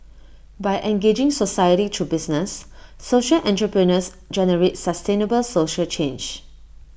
by engaging society through business social entrepreneurs generate sustainable social change